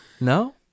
No